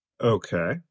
Okay